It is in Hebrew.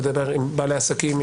לדבר עם בעלי העסקים,